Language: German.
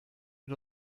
mit